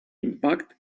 impact